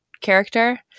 character